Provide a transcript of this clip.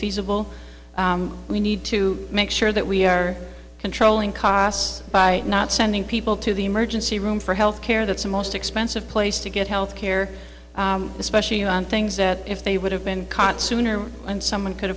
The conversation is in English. feasible we need to make sure that we are controlling costs by not sending people to the emergency room for health care that's the most expensive place to get health care especially on things that if they would have been caught sooner and someone could